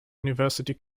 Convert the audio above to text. university